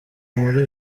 muri